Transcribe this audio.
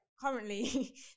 currently